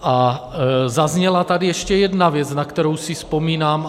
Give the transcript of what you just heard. A zazněla tady ještě jedna věc, na kterou si vzpomínám.